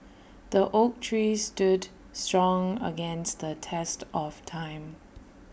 the oak tree stood strong against the test of time